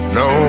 no